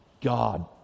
God